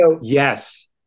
Yes